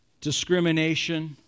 discrimination